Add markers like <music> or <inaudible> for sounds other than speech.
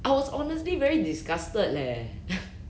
I was honestly very disgusted leh <laughs>